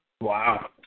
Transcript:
Wow